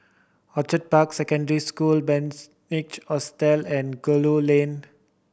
Orchid Park Secondary School Bunc Hostel and Gul Lane